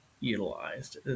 utilized